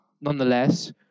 Nonetheless